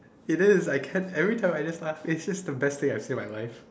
it is I can every time I just ask eh is this the best thing I've seen in my life